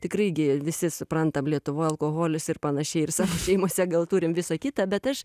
tikrai gi visi suprantam lietuvoj alkoholis ir panašiai ir savo šeimose gal turim visa kita bet aš